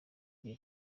gihe